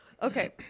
Okay